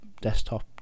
desktop